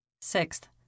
Sixth